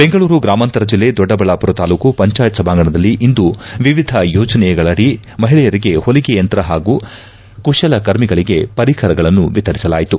ಬೆಂಗಳೂರು ಗ್ರಾಮಾಂತರ ಜಿಲ್ಲೆ ದೊಡ್ಡಬಳ್ಳಾಮರ ತಾಲೂಕು ಪಂಜಾಯತ್ ಸಭಾಂಗಣದಲ್ಲಿ ಇಂದು ವಿವಿಧ ಯೋಜನೆಗಳಡಿ ಮಹಿಳೆಯರಿಗೆ ಪೊಲಿಗೆಯಂತ್ರ ಹಾಗೂ ಕುಶಲಕರ್ಮಿಗಳಿಗೆ ಪರಿಕರಗಳನ್ನು ವಿತರಿಸಲಾಯಿತು